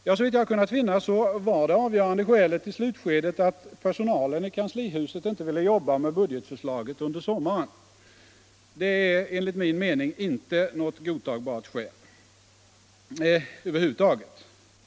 Ja, såvitt jag kunnat finna var det avgörande skälet i slutskedet att personalen i kanslihuset inte ville jobba med budgetförslaget under sommaren. Det är enligt min mening inte något godtagbart skäl över huvud taget.